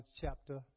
Chapter